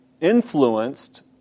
influenced